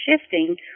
shifting